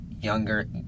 younger-